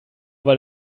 weil